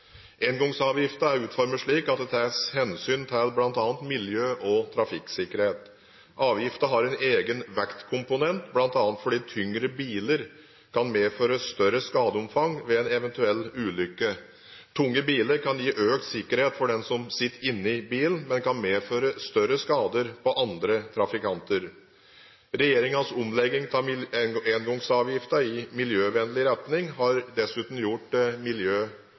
er utformet slik at det tas hensyn til bl.a. miljø og trafikksikkerhet. Avgiften har en egen vektkomponent, bl.a. fordi tyngre biler kan medføre større skadeomfang ved en eventuell ulykke. Tunge biler kan gi økt sikkerhet for den som sitter inni bilen, men kan medføre større skader på andre trafikanter. Regjeringens omlegging av engangsavgiften i miljøvennlig retning har dessuten gjort